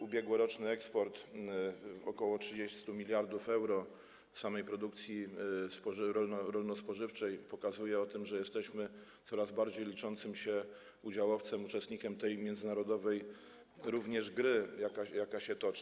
Ubiegłoroczny eksport, ok. 30 mld euro samej produkcji rolno-spożywczej, pokazuje, że jesteśmy coraz bardziej liczącym się udziałowcem, uczestnikiem tej międzynarodowej również gry, jaka się toczy.